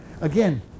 again